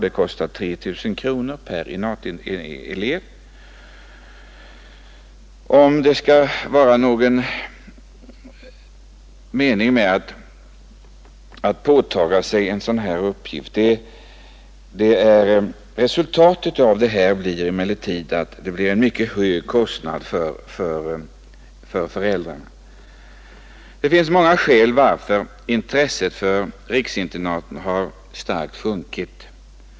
Det kostar 3 000 kronor per internatelev, om det skall vara någon mening med att åta sig en sådan här uppgift. Resultatet av detta är att det blir en mycket hög kostnad för föräldrarna. Det finns många skäl till att intresset för riksinternaten starkt har sjunkit.